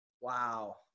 Wow